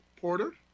Porter